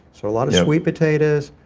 so a lot of sweet potatoes,